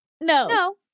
No